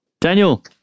Daniel